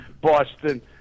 Boston